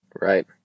Right